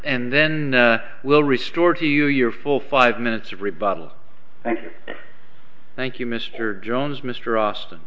and then we'll restore to you your full five minutes of rebuttal thank you thank you mr jones mr austin